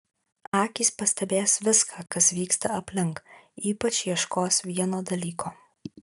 akys pastebės viską kas vyksta aplink ypač ieškos vieno dalyko